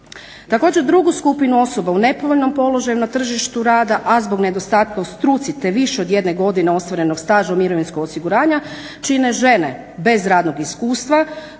Također, drugu skupinu osoba u nepovoljnom položaju na tržištu rada, a zbog nedostatka u struci te više od 1 godine ostvarenog staža u mirovinskom osiguranju čine žene bez radnog iskustva